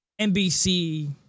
NBC